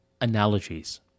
analogies